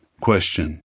Question